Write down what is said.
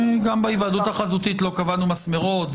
גם בהיוועדות החזותית לא קבענו מסמרות.